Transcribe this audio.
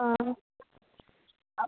ആ